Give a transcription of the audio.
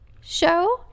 show